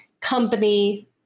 company